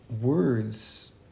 words